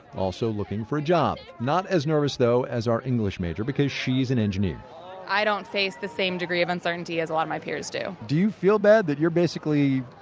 also looking for a job. not as nervous, though, as our english major because she's an engineer i don't face the same degree of uncertainty as a lot of my peers do do you feel bad that you basically,